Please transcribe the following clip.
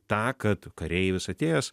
tą kad kareivis atėjęs